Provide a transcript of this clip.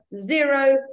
zero